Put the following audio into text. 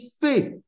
faith